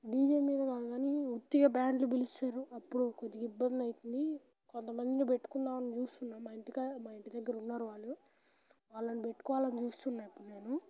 DJ మీద కానీ ఉత్తిగా బ్యాండ్లు పిలుస్తారు అప్పుడు కొద్దిగా ఇబ్బంది అవుతుంది కొంతమందిని పెట్టుకుందామని చూస్తున్నాను మా ఇంటి మా ఇంటి దగ్గర ఉన్నారు వాళ్ళు వాళ్ళని పెట్టుకోవాలని చూస్తున్నాను ఇప్పుడు నేను